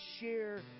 share